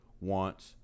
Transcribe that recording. wants